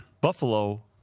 Buffalo